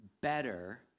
better